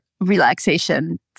relaxation